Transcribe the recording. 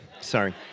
Sorry